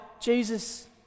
Jesus